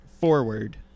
forward